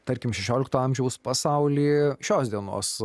tarkim šešiolikto amžiaus pasaulį šios dienos